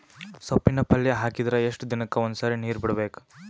ಸೊಪ್ಪಿನ ಪಲ್ಯ ಹಾಕಿದರ ಎಷ್ಟು ದಿನಕ್ಕ ಒಂದ್ಸರಿ ನೀರು ಬಿಡಬೇಕು?